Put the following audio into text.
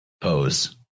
pose